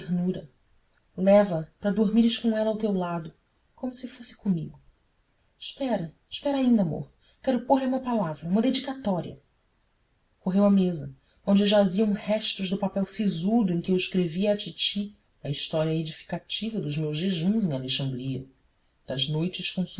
ternura leva-a para dormires com ela a teu lado como se fosse comigo espera espera ainda amor quero pôr lhe uma palavra uma dedicatória correu à mesa onde jaziam restos do papel sisudo em que eu escrevia à titi a história edificativa dos meus jejuns em alexandria das noites